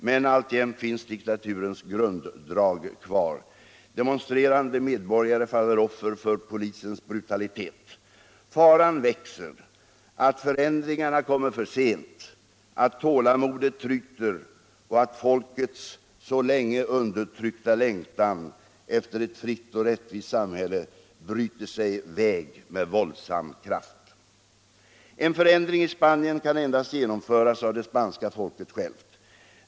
Men alltjämt finns diktaturens grunddrag kvar. Demonstrerande medborgare faller offer för polisens brutalitet. Faran växer att förändringarna kommer för sent, att tålamodet tryter och att folkets så länge undertryckta längtan efter ett fritt och rättvist samhälle bryter sig väg med våldsam kraft. En förändring i Spanien kan endast genomföras av det spanska folket självt.